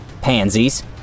Pansies